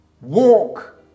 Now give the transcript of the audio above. Walk